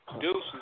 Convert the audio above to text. Deuces